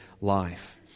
life